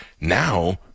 now